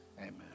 Amen